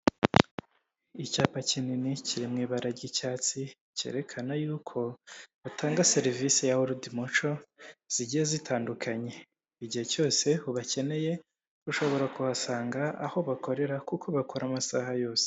Icyapa kinini kiri mu ibara ry'icyatsi cyerekana yuko batanga serivisi ya woridi moco zigiye zitandukanye, igihe cyose ubakeneye ushobora kuhasanga aho bakorera kuko bakora amasaha yose.